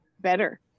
better